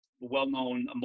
well-known